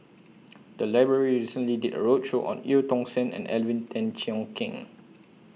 The Library recently did A roadshow on EU Tong Sen and Alvin Tan Cheong Kheng